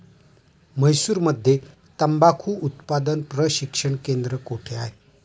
म्हैसूरमध्ये तंबाखू उत्पादन प्रशिक्षण केंद्र कोठे आहे?